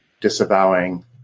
disavowing